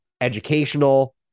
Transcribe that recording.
educational